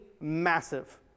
massive